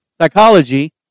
psychology